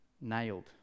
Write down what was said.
nailed